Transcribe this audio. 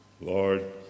Lord